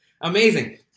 amazing